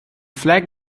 flag